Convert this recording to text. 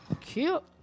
Cute